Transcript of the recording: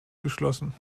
geschlossen